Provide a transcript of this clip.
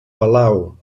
palau